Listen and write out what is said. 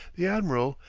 the admiral,